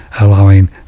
allowing